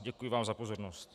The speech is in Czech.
Děkuji vám za pozornost.